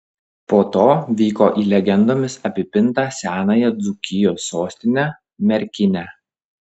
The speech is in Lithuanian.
po to vyko į legendomis apipintą senąją dzūkijos sostinę merkinę